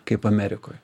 kaip amerikoj